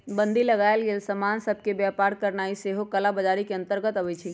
बन्दी लगाएल गेल समान सभ के व्यापार करनाइ सेहो कला बजारी के अंतर्गत आबइ छै